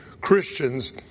Christians